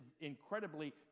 incredibly